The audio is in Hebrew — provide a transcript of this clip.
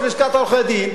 ראש לשכת עורכי-הדין,